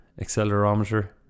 accelerometer